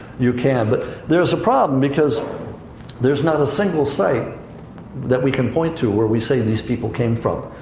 you can. but there's a problem, because there's not a single site that we can point to where we say these people came from.